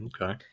Okay